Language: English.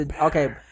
Okay